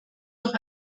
durch